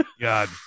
God